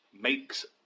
makes